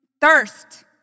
thirst